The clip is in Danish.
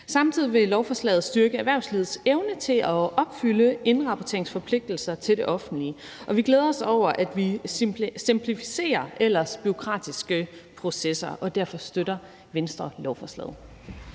Samtidig vil lovforslaget styrke erhvervslivets evne til at opfylde indrapporteringsforpligtelser til det offentlige. Vi glæder os over, at vi simplificerer ellers bureaukratiske processer, og derfor støtter Venstre lovforslaget.